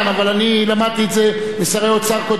אבל אני למדתי את זה משרי אוצר קודמים,